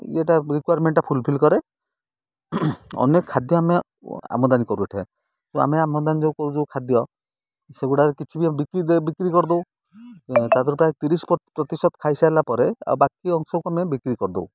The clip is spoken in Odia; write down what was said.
ଇଏଟା ରିକ୍ୱୟାରମେଣ୍ଟଟା ଫୁଲଫିଲ୍ କରେ ଅନେକ ଖାଦ୍ୟ ଆମେ ଆମଦାନୀ କରୁ ଏଇଠି ତ ଆମେ ଆମଦାନୀ ଯେଉଁ କରୁଛ ଖାଦ୍ୟ ସେଗୁଡ଼ାକ କିଛି ବି ଆମେ ବିକି ବିକ୍ରି କରିଦଉ ତାଧିଅରୁ ପ୍ରାୟ ତିରିଶ ପ୍ରତିଶତ ଖାଇସାରିଲା ପରେ ଆଉ ବାକି ଅଂଶକୁ ଆମେ ବିକ୍ରି କରିଦଉ